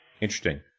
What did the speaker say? Interesting